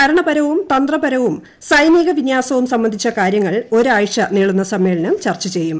ഭരണപരവും തന്ത്രപരവും സൈനികവിന്യാസവും സംബന്ധിച്ച കാര്യങ്ങൾ ഒരാഴ്ച നീളുന്ന സമ്മേളനം ചർച്ച ചെയ്യും